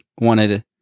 wanted